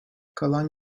kalan